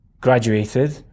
graduated